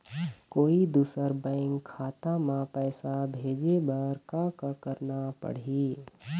कोई दूसर बैंक खाता म पैसा भेजे बर का का करना पड़ही?